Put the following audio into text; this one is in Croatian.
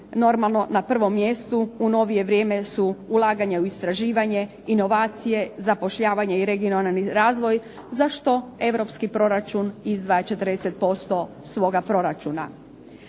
Normalno, na prvom mjestu u novije vrijeme su ulaganja u istraživanje, inovacije, zapošljavanje i regionalni razvoj za što europski proračun izdvaja 40% svoga proračuna.